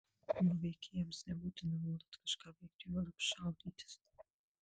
jų veikėjams nebūtina nuolat kažką veikti juolab šaudytis